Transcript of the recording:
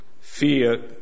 Fear